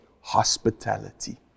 hospitality